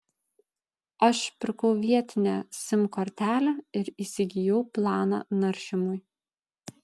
aš pirkau vietinę sim kortelę ir įsigijau planą naršymui